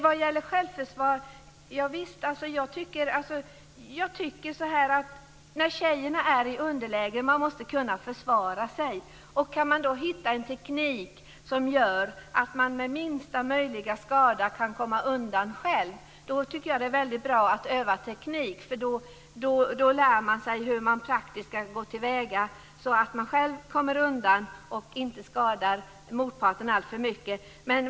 Vad gäller självförsvar tycker jag att när tjejer är i underläge måste de kunna försvara sig. För att med minsta möjliga skada kunna komma undan tycker jag att det är väldigt bra att öva teknik, för då lär man sig hur man praktiskt ska gå till väga så att man själv kommer undan och inte skadar motparten alltför mycket.